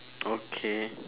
okay